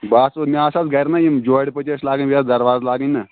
بہٕ آسو مےٚ آسہٕ اَز گَرِ نا یِم جورِ پٔٹۍ ٲسۍ لاگٕنۍ بیٚیہِ ٲس دروازٕ لاگٕنۍ نا